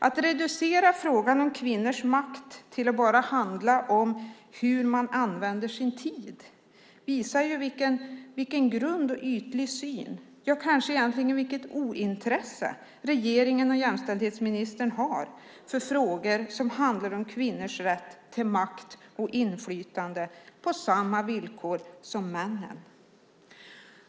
Att reducera frågan om kvinnors makt till att bara handla om hur man använder sin tid visar vilken grund och ytlig syn, ja, kanske egentligen vilket ointresse regeringen och jämställdhetsministern har för frågor som handlar om kvinnors rätt till makt och inflytande på samma villkor som männen.